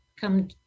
come